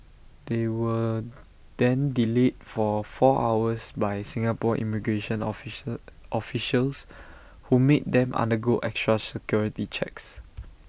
they were then delayed for four hours by Singapore immigration official officials who made them undergo extra security checks